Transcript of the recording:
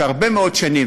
שהרבה מאוד שנים,